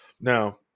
Now